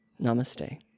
Namaste